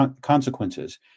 consequences